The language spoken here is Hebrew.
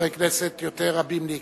לחברי כנסת רבים יותר להיכנס.